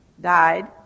died